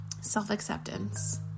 self-acceptance